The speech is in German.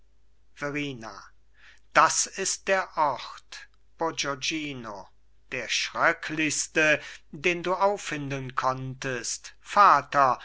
das ist der ort bourgognino der schröcklichste den du auffinden konntest vater